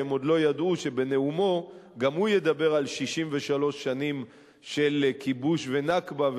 שהם עוד לא ידעו שבנאומו גם הוא ידבר של 63 שנים של כיבוש ונכבה,